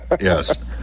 Yes